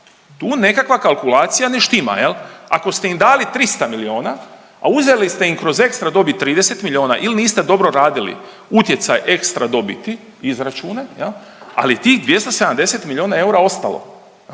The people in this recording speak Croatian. Tu nekakva kalkulacija ne štima. Ako ste im dali 300 miliona, a uzeli ste im kroz ekstra dobit 30 miliona il niste dobro radili utjecaj ekstra dobiti izračune, ali tih 270 miliona eura ostalo,